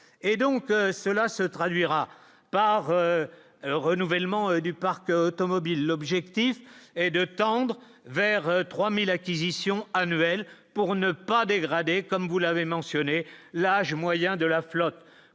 cela se traduira par renouvellement du parc automobile, l'objectif est de tendre vers 3000 acquisitions annuelles pour ne pas dégrader comme vous l'avez mentionné l'âge moyen de la flotte,